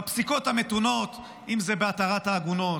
בפסיקות המתונות, אם זה בהתרת העגונות,